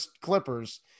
Clippers